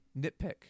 nitpick